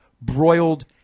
Broiled